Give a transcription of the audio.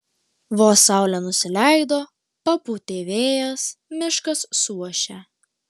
vos saulė nusileido papūtė vėjas miškas suošė